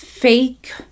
Fake